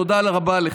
תודה רבה לך.